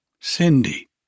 Cindy